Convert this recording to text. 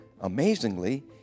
Amazingly